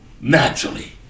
naturally